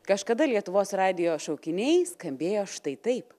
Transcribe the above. kažkada lietuvos radijo šaukiniai skambėjo štai taip